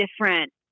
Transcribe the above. different